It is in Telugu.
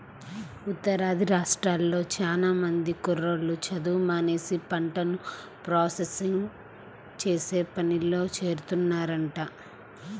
ఉత్తరాది రాష్ట్రాల్లో చానా మంది కుర్రోళ్ళు చదువు మానేసి పంటను ప్రాసెసింగ్ చేసే పనిలో చేరుతున్నారంట